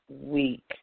week